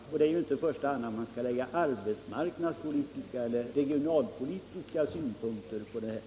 Vi skall inte i första hand anlägga arbetsmarknadspolitiska eller regionalpolitiska synpunkter på detta.